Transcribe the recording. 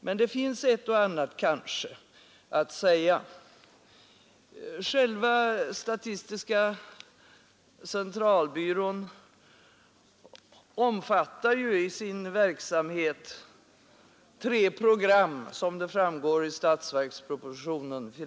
Men det finns kanske ett och annat att säga. Statistiska centralbyrån omfattar i sin verksamhet tre program, vilket framgår av statsverkspropositionen.